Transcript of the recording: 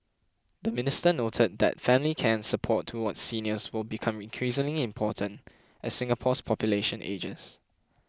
the minister noted that family care and support towards seniors will become increasingly important as Singapore's population ages